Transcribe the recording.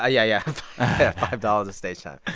ah yeah, yeah five dollars of stage time.